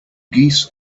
geese